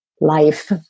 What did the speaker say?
life